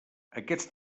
aquests